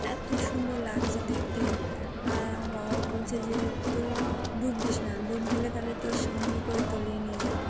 এত সুন্দর লাগছে দেখতে আর আমার বাবা বলছে যে তুই ডুব দিস না ডুব দিলে তাহলে তোর সঙ্গে করে তলিয়ে নিয়ে যাবে